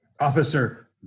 officer